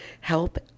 help